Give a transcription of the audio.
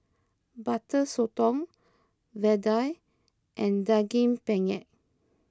Butter Sotong Vadai and Daging Penyet